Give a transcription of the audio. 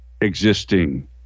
existing